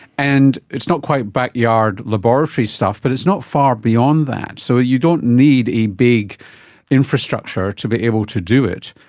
and it's not quite backyard laboratory stuff, but it's not far beyond that. so you don't need a big infrastructure to be able to do it.